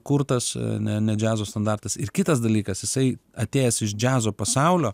kurtas ne ne džiazo standartas ir kitas dalykas jisai atėjęs iš džiazo pasaulio